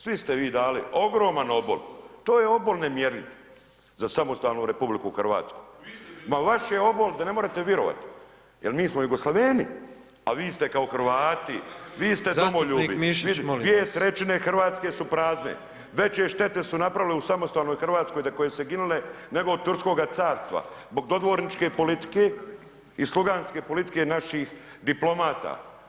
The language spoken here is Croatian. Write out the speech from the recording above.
Svi ste vi dali ogroman obol, to je obol nemjerljiv za samostalnu RH. ... [[Upadica se ne čuje.]] Ma vaš je obol da ne možete vjerovati jer mi smo Jugoslaveni a vi ste kao Hrvati, vi ste domoljubi [[Upadica Petrov: Zastupnik Mišić, molim vas.]] 2/3 Hrvatske su prazne, veće štete su napravili u samostalnoj Hrvatskoj za koju se ginulo nego od Turskoga carstva, zbog dodvorničke politike i sluganske politike naših diplomata.